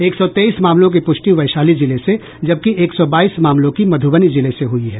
एक सौ तेईस मामलों की प्रष्टि वैशाली जिले से जबकि एक सौ बाईस मामलों की मध्बनी जिले से हुई है